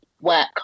work